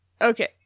Okay